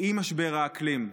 עם משבר האקלים.